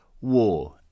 War